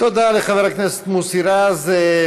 תודה לחבר הכנסת מוסי רז.